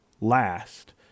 last